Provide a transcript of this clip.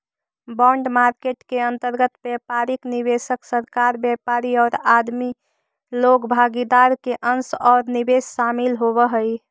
bond market के अंतर्गत व्यापारिक निवेशक, सरकार, व्यापारी औउर आदमी लोग भागीदार के अंश औउर निवेश शामिल होवऽ हई